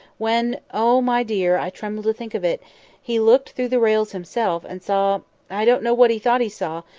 when oh, my dear, i tremble to think of it he looked through the rails himself, and saw i don't know what he thought he saw,